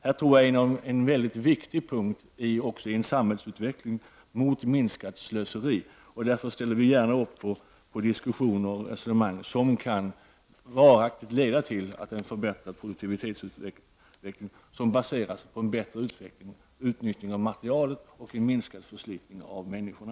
Det tror jag är en väldigt viktig punkt också i en samhällsutveckling mot minskat slöseri, och därför ställer vi gärna upp på diskussioner och resonemang som kan varaktigt leda till en förbättrad produktionsutveckling, baserad på ett bättre utnyttjande av materialet och minskad förslitning av människorna.